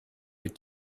your